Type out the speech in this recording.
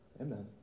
Amen